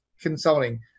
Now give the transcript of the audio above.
consulting